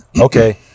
okay